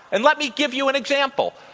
and let me give you an example.